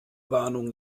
warnung